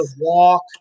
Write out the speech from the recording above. walk